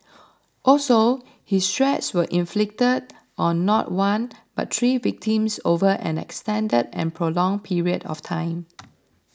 also his threats were inflicted on not one but three victims over an extended and prolonged period of time